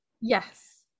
yes